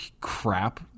crap